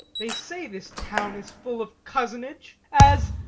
they say this town is full of cozenage as,